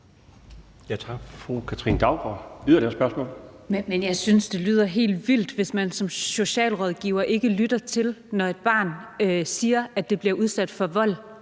Tak. Fru Katrine Daugaard. Kl. 12:32 Katrine Daugaard (LA): Men jeg synes, det lyder helt vildt, hvis man som socialrådgiver ikke lytter til det, når et barn siger, at det bliver udsat for vold